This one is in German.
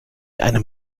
einem